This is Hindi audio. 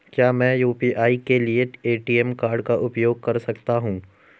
क्या मैं यू.पी.आई के लिए ए.टी.एम कार्ड का उपयोग कर सकता हूँ?